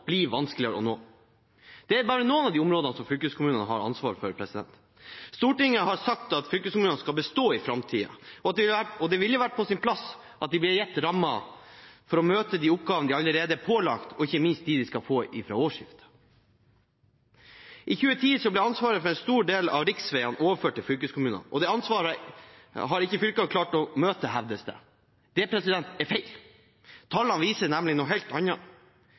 blir vanskeligere å oppfylle. Det er bare noen av de områdene som fylkeskommunene har ansvaret for. Stortinget har sagt at fylkeskommunene skal bestå i framtiden, og det ville vært på sin plass at de ble gitt rammer for å møte de oppgavene de allerede er pålagt, og ikke minst dem de skal få fra årsskiftet. I 2010 ble ansvaret for en stor del av riksveiene overført til fylkeskommunene, og det ansvaret har ikke fylkene klart å møte, hevdes det. Det er feil. Tallene viser nemlig noe helt